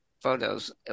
photos